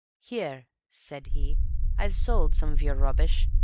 here, said he i've sold some of your rubbish.